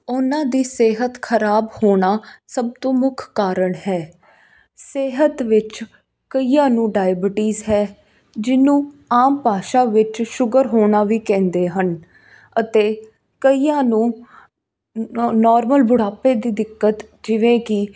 ਉਹਨਾਂ ਦੀ ਸਿਹਤ ਖਰਾਬ ਹੋਣਾ ਸਭ ਤੋਂ ਮੁੱਖ ਕਾਰਨ ਹੈ ਸਿਹਤ ਵਿੱਚ ਕਈਆਂ ਨੂੰ ਡਾਇਬਿਟੀਜ਼ ਹੈ ਜਿਹਨੂੰ ਆਮ ਭਾਸ਼ਾ ਵਿੱਚ ਸ਼ੁਗਰ ਹੋਣਾ ਵੀ ਕਹਿੰਦੇ ਹਨ ਅਤੇ ਕਈਆਂ ਨੂੰ ਨੋ ਨੋਰਮਲ ਬੁਢਾਪੇ ਦੀ ਦਿੱਕਤ ਜਿਵੇਂ ਕਿ